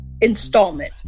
installment